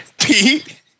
Pete